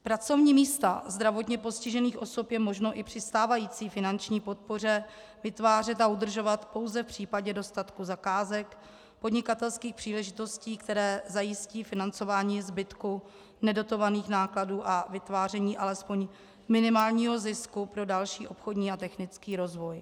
Pracovní místa zdravotně postižených osob je možno i při stávající finanční podpoře vytvářet a udržovat pouze v případě dostatku zakázek, podnikatelských příležitostí, které zajistí financování zbytku nedotovaných nákladů a vytváření alespoň minimálního zisku pro další obchodní a technický rozvoj.